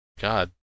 God